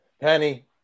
Penny